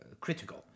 critical